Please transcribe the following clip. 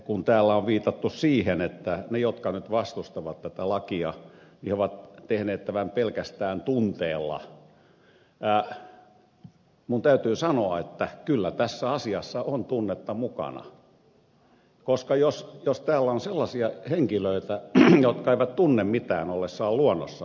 kun täällä on viitattu siihen että ne jotka nyt vastustavat tätä lakia ovat tehneet tämän pelkästään tunteella minun täytyy sanoa että kyllä tässä asiassa on tunnetta mukana koska jos täällä on sellaisia henkilöitä jotka eivät tunne mitään ollessaan luonnossa niin minä pelästyn